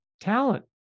talent